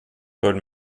paul